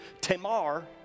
Tamar